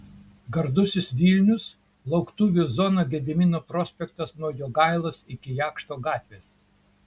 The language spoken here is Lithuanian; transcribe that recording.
gardusis vilnius lauktuvių zona gedimino prospektas nuo jogailos iki jakšto gatvės